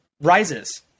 rises